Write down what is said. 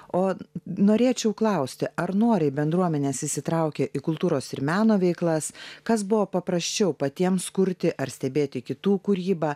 o norėčiau klausti ar noriai bendruomenės įsitraukė į kultūros ir meno veiklas kas buvo paprasčiau patiems kurti ar stebėti kitų kūrybą